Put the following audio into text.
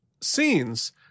scenes